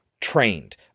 trained